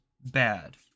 bad